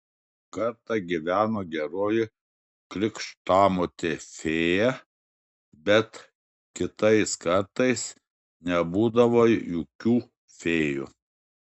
kartą gyveno geroji krikštamotė fėja bet kitais kartais nebūdavo jokių fėjų